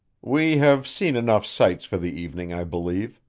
we have seen enough sights for the evening, i believe,